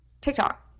tiktok